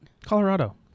Colorado